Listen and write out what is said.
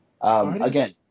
Again